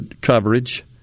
coverage